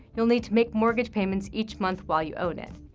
you'll need to make mortgage payments each month while you own it.